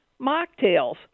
mocktails